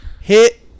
Hit